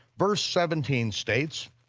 verse seventeen states,